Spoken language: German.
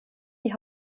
die